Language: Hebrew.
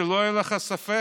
שלא יהיה לך ספק,